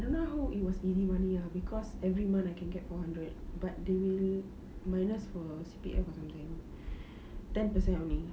I don't know how it was easy money ah cause every month I can get four hundred but they minus for C_P_F also gang ten percent only